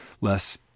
less